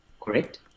Correct